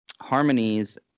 harmonies